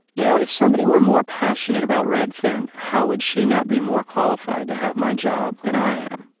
you know, if somebody were more passionate about redfin, how would she not be more qualified to have my job than i am?